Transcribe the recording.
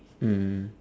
mm